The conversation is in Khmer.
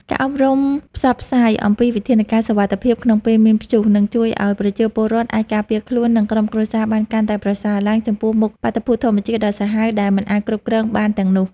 ការអប់រំផ្សព្វផ្សាយអំពីវិធានការសុវត្ថិភាពក្នុងពេលមានព្យុះ នឹងជួយឱ្យប្រជាពលរដ្ឋអាចការពារខ្លួន និងក្រុមគ្រួសារបានកាន់តែប្រសើរឡើង ចំពោះមុខបាតុភូតធម្មជាតិដ៏សាហាវដែលមិនអាចគ្រប់គ្រងបានទាំងនេះ។